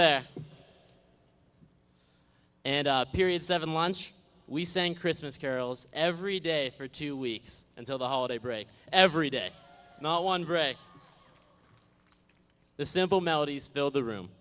there and period seven lunch we sang christmas carols every day for two weeks until the holiday break every day not one brick the simple melodies filled the room